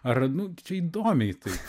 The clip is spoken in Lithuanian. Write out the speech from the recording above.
ar nu čia įdomiai taip